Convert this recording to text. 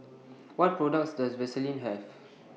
What products Does Vaselin Have